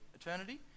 eternity